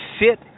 sit